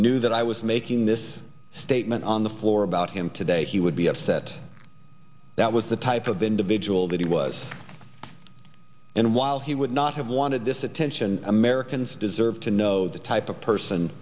knew that i was making this statement on the floor about him today he would be upset that was the type of individual that he was and while he would not have wanted this attention americans deserve to know the type of person